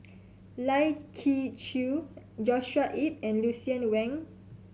Lai Kew Chai Joshua Ip and Lucien Wang